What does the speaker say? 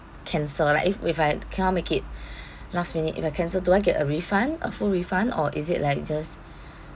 cancel like if if I cannot make it last minute if I cancel do I get a refund a full refund or is it like just